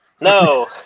No